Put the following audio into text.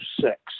six